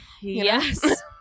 yes